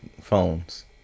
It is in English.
phones